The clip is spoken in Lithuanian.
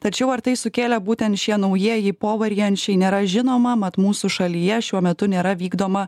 tačiau ar tai sukėlė būtent šie naujieji povariančiai nėra žinoma mat mūsų šalyje šiuo metu nėra vykdoma